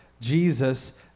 Jesus